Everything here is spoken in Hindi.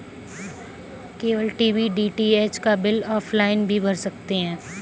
केबल टीवी डी.टी.एच का बिल ऑफलाइन भी भर सकते हैं